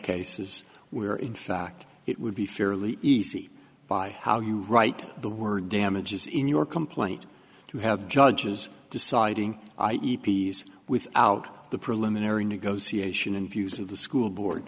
cases where in fact it would be fairly easy by how you write the word damages in your complaint to have judges deciding i eat peas without the preliminary negotiation and views of the school board